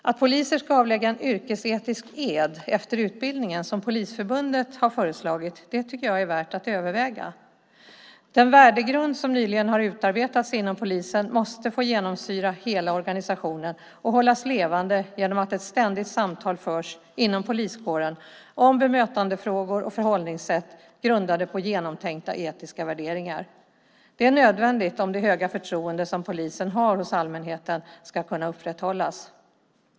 Att poliser ska avlägga en yrkesetisk ed efter utbildningen, som Polisförbundet har föreslagit, tycker jag är värt att överväga. Den värdegrund som nyligen har utarbetats inom polisen måste få genomsyra hela organisationen och hållas levande genom att ett ständigt samtal förs inom poliskåren om bemötandefrågor och förhållningssätt grundade på genomtänkta etiska värderingar. Det är nödvändigt om det höga förtroende som polisen har hos allmänheten ska kunna upprätthållas.